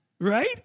Right